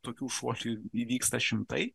tokių šuolių įvyksta šimtai